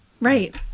Right